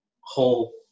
whole